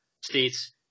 states